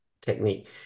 technique